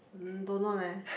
mm don't know leh